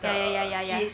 ya ya ya ya ya